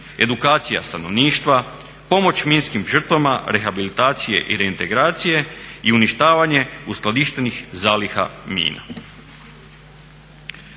edukacija stanovništva, pomoć minskim žrtvama, rehabilitacije i reintegracije i uništavanje uskladištenih zaliha mina.